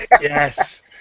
Yes